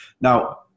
Now